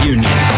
Union